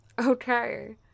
Okay